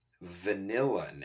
vanilla